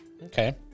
Okay